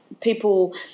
people